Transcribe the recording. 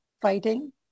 fighting